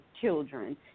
children